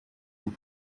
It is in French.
vous